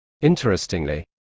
Interestingly